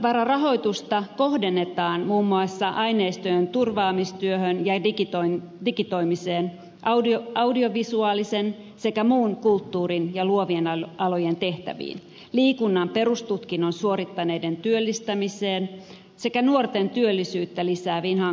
voittovararahoitusta kohdennetaan muun muassa aineistojen turvaamistyöhön ja digitoimiseen audiovisuaalisen sekä muun kulttuurin ja luovien alojen tehtäviin liikunnan perustutkinnon suorittaneiden työllistämiseen sekä nuorten työllisyyttä lisääviin hankkeisiin